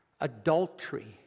adultery